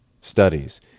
studies